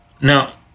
now